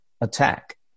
attack